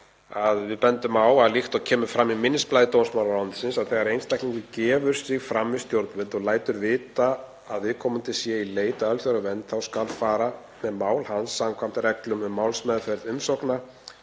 Við bendum á, líkt og kemur fram í minnisblaði dómsmálaráðuneytisins, að þegar einstaklingur gefur sig fram við stjórnvöld og lætur vita að viðkomandi sé í leit að alþjóðlegri vernd þá skal fara með mál hans samkvæmt reglum um málsmeðferð umsókna